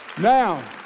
Now